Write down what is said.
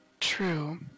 True